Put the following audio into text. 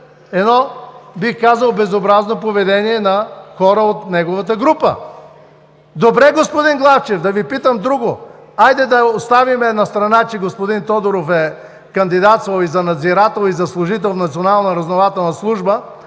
едно бих казал безобразно поведение на хора от неговата група. Добре, господин Главчев, да Ви питам друго. Хайде да оставим настрана, че господин Тодоров е кандидатствал и за надзирател, и за служител в Националната